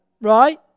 right